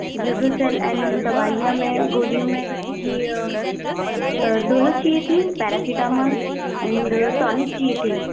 Utrocil and दवाइयां में गोलियों में जैसे की दोनों चाहिए थी पेरासिटामोल एंड टॉनिक चाहिए थी